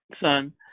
son